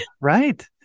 Right